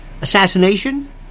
assassination